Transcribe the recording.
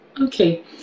okay